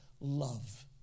Love